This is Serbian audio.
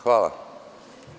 Hvala.